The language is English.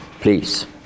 please